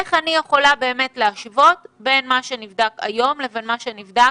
איך אני יכולה באמת להשוות בין מה שנבדק היום לבין מה שנבדק